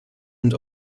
und